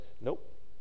nope